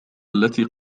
التي